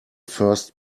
first